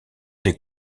des